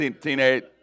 Teenage